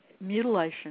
mutilation